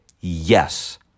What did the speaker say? Yes